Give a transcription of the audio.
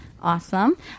Awesome